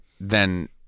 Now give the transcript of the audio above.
Then-